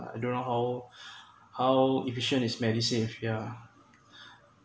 I don't know how how efficient is medisave yeah